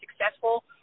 successful